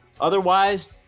Otherwise